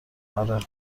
آره